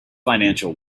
financial